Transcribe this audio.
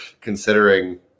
considering